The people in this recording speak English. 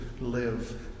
live